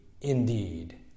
indeed